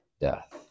death